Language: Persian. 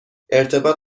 ارتباط